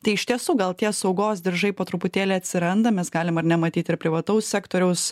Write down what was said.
tai iš tiesų gal tie saugos diržai po truputėlį atsiranda mes galim ar ne matyti ir privataus sektoriaus